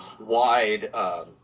wide